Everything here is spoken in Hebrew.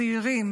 צעירים,